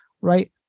right